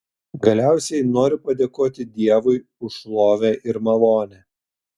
galiausiai noriu padėkoti dievui už šlovę ir malonę